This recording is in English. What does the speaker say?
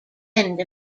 end